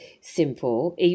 simple